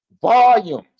volumes